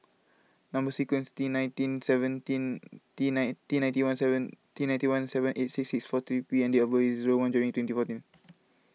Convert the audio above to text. Number Sequence T nineteen seventeen T nine T ninety one seven T ninety one seven eight six four three P and date of birth is one January twenty fourteen